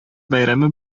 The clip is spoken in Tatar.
бәйрәме